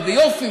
ביופי,